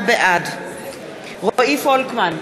בעד רועי פולקמן,